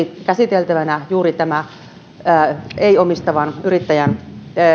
käsiteltävänä juuri tämä ansioturvan parannus yrittäjän